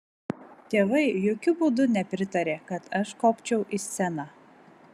tėvai jokiu būdu nepritarė kad aš kopčiau į sceną